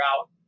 out